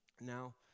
now